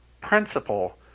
principle